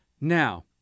Now